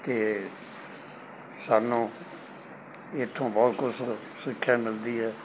ਅਤੇ ਸਾਨੂੰ ਇੱਥੋਂ ਬਹੁਤ ਕੁਝ ਸਿੱਖਿਆ ਮਿਲਦੀ ਹੈ